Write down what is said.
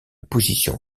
position